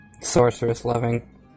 sorceress-loving